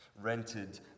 rented